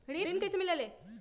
ऋण कईसे मिलल ले?